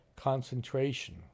concentration